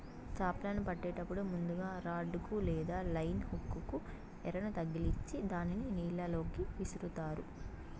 చాపలను పట్టేటప్పుడు ముందుగ రాడ్ కు లేదా లైన్ హుక్ కు ఎరను తగిలిచ్చి దానిని నీళ్ళ లోకి విసురుతారు